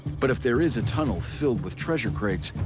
but if there is a tunnel filled with treasure crates,